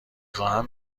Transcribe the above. خواهم